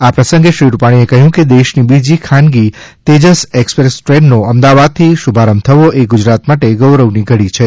આ પ્રસંગે શ્રી રૂપાણીએ કહયું કે દેશની બીજી ખાનગી તેજસ એક્સપ્રેસ ટ્રેનનો અમદાવાદ થી શુભારંભ થવો એ ગુજરાત માટે ગૌરવ ઘડી છે